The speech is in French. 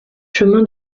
chemin